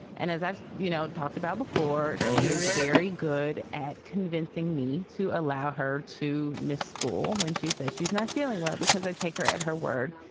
and as i've, you know, talked about before. she is very good at convincing me to allow her to miss school when she says she's not feeling well, because i take her at her word,